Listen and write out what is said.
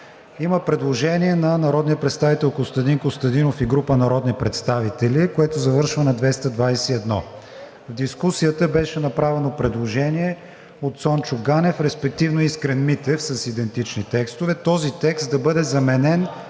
Има предложение на народния представител Костадин Костадинов и група народни представители, което завършва на 221. При дискусията беше направено предложение от Цончо Ганев, респективно Искрен Митев, с идентични текстове. Този текст да бъде заменен